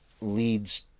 leads